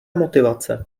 motivace